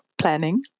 planning